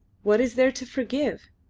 what is there to forgive?